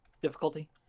Difficulty